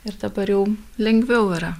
ir dabar jau lengviau yra